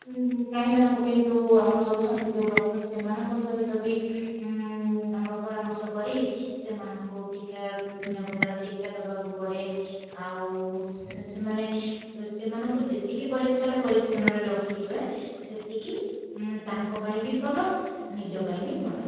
ପ୍ରାଣୀମାନଙ୍କ ପାଇଁ ଯେଉଁ ଆମର ଅଛନ୍ତି ଯେଉଁ ଡକ୍ଟର୍ ସେମାନଙ୍କ ସହିତ ବି ଆମର ପରାମର୍ଶ କରି ସେମାନଙ୍କୁ ଟୀକା ବିଭିନ୍ନ ପ୍ରକାର ଟୀକା ଦେବାକୁ ପଡ଼େ ଆଉ ସେମାନେ ସେମାନଙ୍କୁ ଯେତିକି ପରିଷ୍କାର ପରିଚ୍ଛନ୍ନରେ ରଖିବେ ସେତିକି ତାଙ୍କ ପାଇଁ ବି ଭଲ ନିଜ ପାଇଁ ବି ଭଲ